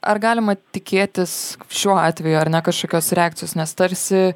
ar galima tikėtis šiuo atveju ar ne kažkokios reakcijos nes tarsi